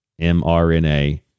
mRNA